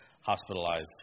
hospitalized